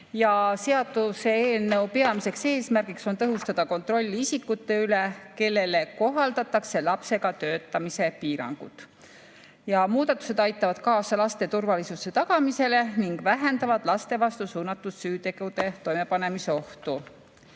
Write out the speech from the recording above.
Seaduseelnõu peamine eesmärk on tõhustada kontrolli isikute üle, kellele kohaldatakse lapsega töötamise piiranguid. Muudatused aitavad kaasa laste turvalisuse tagamisele ning vähendavad laste vastu suunatud süütegude toimepanemise ohtu.